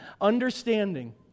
Understanding